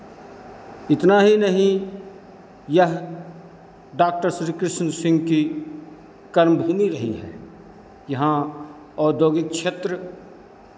इतना ही नहीं यह डॉक्टर श्री कृष्ण सिंह की कर्मभूमि रही है यहाँ औद्योगिक क्षेत्र